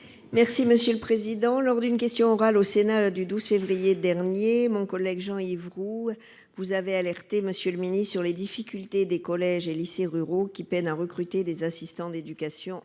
Laborde. À l'occasion d'une question orale au Sénat, le 12 février dernier, mon collègue Jean-Yves Roux vous avez alerté, monsieur le ministre, sur les difficultés des collèges et lycées ruraux, qui peinent à recruter des assistants d'éducation.